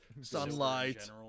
sunlight